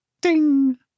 ding